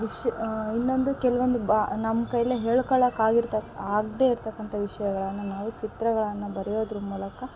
ವಿಷ್ ಇನ್ನೊಂದು ಕೆಲ್ವಂದು ಬಾ ನಮ್ಮ ಕೈಲೇ ಹೇಳ್ಕಳ್ಲಿಕ್ಕೆ ಆಗಿರ್ತಕ್ ಆಗದೇ ಇರ್ತಕ್ಕಂಥ ವಿಷ್ಯಗಳನ್ನು ನಾವು ಚಿತ್ರಗಳನ್ನು ಬರೆಯೋದ್ರ ಮೂಲಕ